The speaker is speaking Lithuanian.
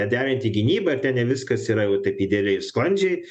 derinti gynybą ir ten ne viskas yra jau taip idealiai sklandžiai